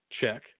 check